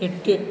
எட்டு